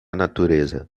natureza